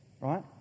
Right